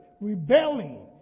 rebelling